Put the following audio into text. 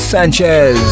Sanchez